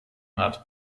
hat